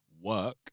work